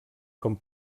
com